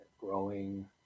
growing